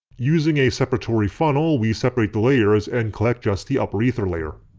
using a separatory funnel we seperate the layers and collect just the upper ether layer.